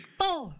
four